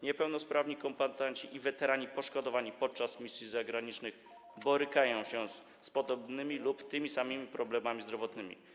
Niepełnosprawni kombatanci i weterani poszkodowani podczas misji zagranicznych borykają się z podobnymi lub tymi samymi problemami zdrowotnymi.